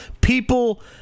People